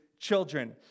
children